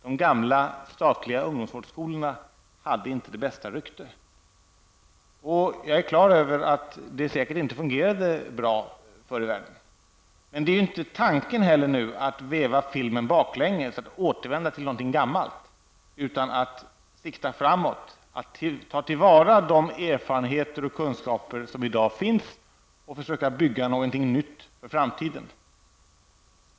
De gamla statliga ungdomsvårdskolorna hade inte det bästa rykte. Jag är på det klara med att det inte fungerade bra förr i världen, men tanken är ju inte att veva filmen baklänges, att återvända till någonting gammalt. Vi siktar framåt och tar till vara de erfarenheter och kunskaper som i dag finns och försöker bygga någonting nytt för framtiden.